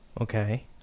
okay